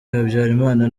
habyarimana